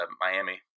Miami